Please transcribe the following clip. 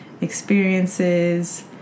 experiences